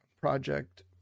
project